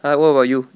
!huh! what about you